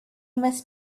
must